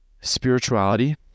spirituality